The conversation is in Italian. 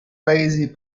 paesi